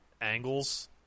angles